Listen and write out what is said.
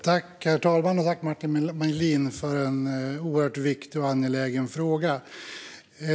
Herr talman! Tack, Martin Melin, för en oerhört viktig och angelägen fråga!